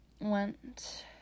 went